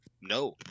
No